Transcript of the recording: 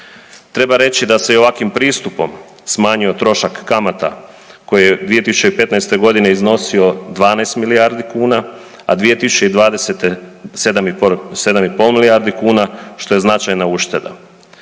Treba reći da se i ovakvim pristupom smanjio trošak kamata koji je 2015.g. iznosio 12 milijardi kuna, a 2020. 7,5 milijardi kuna, što je značajna ušteda.